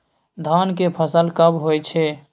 धान के फसल कब होय छै?